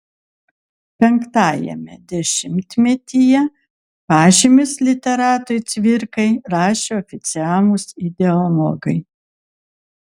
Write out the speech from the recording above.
penktajame dešimtmetyje pažymius literatui cvirkai rašė oficialūs ideologai